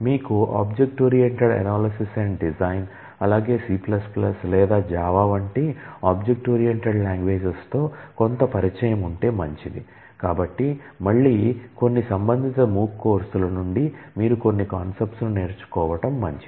మీకు object oriented analysis and design తో కొంత పరిచయం ఉంటే మంచిది కాబట్టి మళ్ళీ కొన్ని సంబంధిత MOOCs కోర్సులు నుండి మీరు కొన్ని కాన్సెప్ట్స్ ని నేర్చుకోటం మంచిది